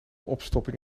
opstopping